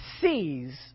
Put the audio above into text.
sees